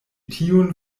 tiun